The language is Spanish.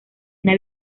una